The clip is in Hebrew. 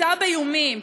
סחיטה באיומים,